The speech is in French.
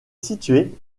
située